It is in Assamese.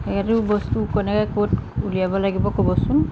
সেইটো বস্তু ক'ত কেনেকৈ ক'ত ওলিয়াব লাগিব ক'বচোন